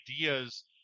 ideas